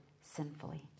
sinfully